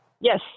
Yes